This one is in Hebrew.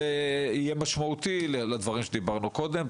זה יהיה משמעותי לדברים שדיברנו קודם.